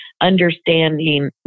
understanding